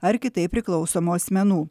ar kitaip priklausomų asmenų